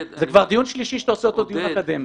זה כבר דיון שלישי שאתה עושה אותו דיון אקדמי.